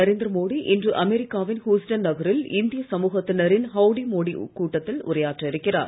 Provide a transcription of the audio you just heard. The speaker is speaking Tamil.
நரேந்திர மோடி இன்று அமெரிக்கா வின் ஹுஸ்டன் நகரில் இந்திய சமூகத்தினரின் ஹவுடி மோடி கூட்டத்தில் உரையாற்ற இருக்கிறார்